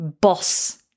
boss